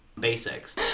basics